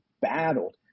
battled